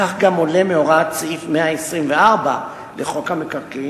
כך גם עולה מהוראת סעיף 124 לחוק המקרקעין,